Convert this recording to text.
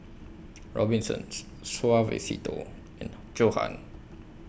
Robinsons Suavecito and Johan